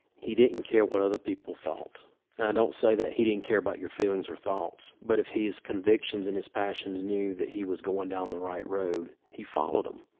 he didn't care what other people thought. and i don't say that he didn't care about your feelings or thoughts. but if his convictions and his passions knew that he was goin' down the right road, he followed em.